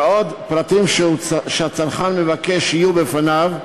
ועוד פרטים שהצרכן מבקש שיהיו בפניו,